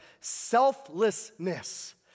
selflessness